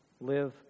Live